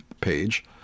page